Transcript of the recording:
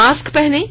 mask पहनें